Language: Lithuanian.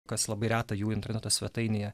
kas labai reta jų interneto svetainėje